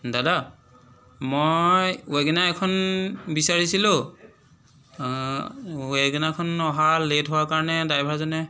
দাদা মই ৱেগন আৰ এখন বিছাৰিছিলোঁ ৱেগনাৰখন অহা লেট হোৱাৰ কাৰণে ড্ৰাইভাৰজনে